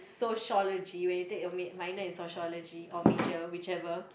sociology when you take your mate minor in sociology or major whichever